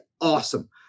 awesome